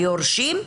היורשים,